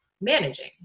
managing